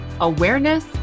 Awareness